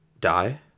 die